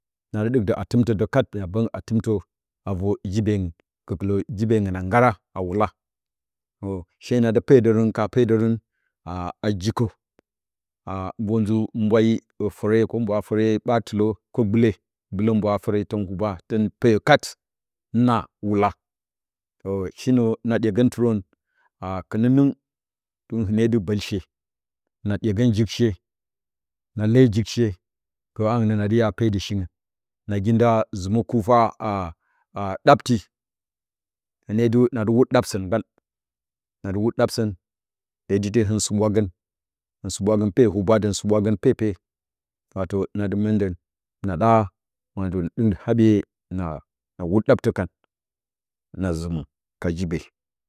Na dɨ ɗɨk də atɨmtə də kat mya bəgng, a tɨmtə a vor jiibe ngɨn gəkɨla jiibe ngɨn a nggaara, a wula shena dɨ peedərə hɨn kana peedərə a jiikə, a vor zɨ mbwayi ofare kumba fəre batule mbwaara fəre ɓaa tɨlə gbɨle, gbɨle mbwaara fəre, tən huuba, tə peyo kat, nah, wuk, ə shinə na ɗyegəntɨrə, a kɨnɨnɨɨng tɨn hɨne dɨ bəlshe, na ɗyegə jɨk she na lee jɨk she gələ hangɨn nə, nadɨya keda shingɨ, nagi nda zɨmwo-kuufa a, a ɗapti, hɨne dɨ, nadɨ hut ɗapsə gban nadɨ hut ɗapsə, beeti ite hɨ sɨɓwa gə hɨn sɨɓwagə peyo, huubadə, sipplusɓwagə pepe, wato nadɨ mɨn də, naɗa, na dɨ ɗɨk habye na hut ɗaptə kan, na zɨmə ka jiibe.